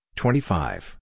twenty-five